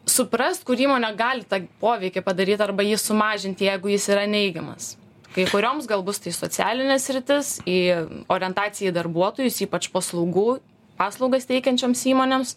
suprast kur įmonė gali tą poveikį padaryt arba jį sumažint jeigu jis yra neigiamas kai kurioms gal bus tai socialinį sritis į orientacija į darbuotojus ypač paslaugų paslaugas teikiančioms įmonėms